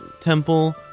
Temple